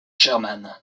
sherman